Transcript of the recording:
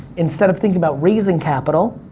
instead of thinking about raising capital,